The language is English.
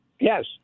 yes